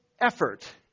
effort